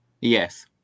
Yes